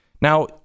Now